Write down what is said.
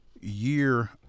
year